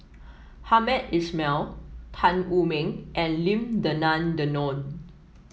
Hamed Ismail Tan Wu Meng and Lim Denan Denon